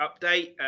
update